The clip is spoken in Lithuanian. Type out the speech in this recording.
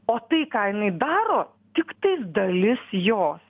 o tai ką jinai daro tiktais dalis jos